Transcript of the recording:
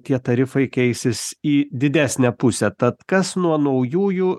tie tarifai keisis į didesnę pusę tad kas nuo naujųjų